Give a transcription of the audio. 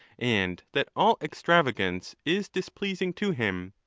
and that all extravagance is displeas ing to him.